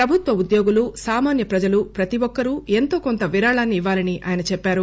ప్రభుత్వ ఉద్యోగులు సామాన్య ప్రజలు ప్రతి ఒక్కరూ ఎంతో కొంత విరాళాన్ని ఇవ్వాలని ఆయన చెప్పారు